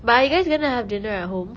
but are you guys gonna have dinner at home